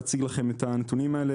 להציג לכם את הנתונים האלה,